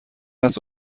است